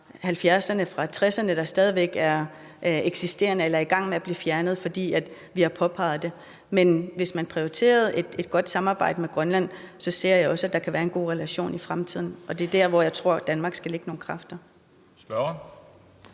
1970'erne, fra 1960'erne, der stadig væk eksisterer – eller er i gang med at blive fjernet, fordi vi har påpeget det. Men hvis man prioriterer et godt samarbejde med Grønland, ser jeg også, at der kan være en god relation i fremtiden. Og det er der, hvor jeg tror at Danmark skal lægge nogle kræfter.